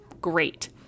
great